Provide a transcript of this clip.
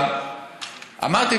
אמרתי,